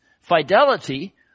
Fidelity